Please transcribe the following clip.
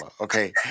okay